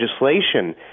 legislation